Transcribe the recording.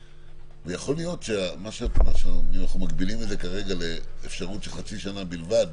אנחנו מגבילים את זה כרגע לחצי שנה בלבד